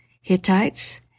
Hittites